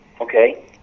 Okay